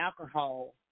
alcohol